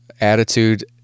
attitude